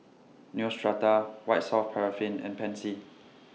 Neostrata White Soft Paraffin and Pansy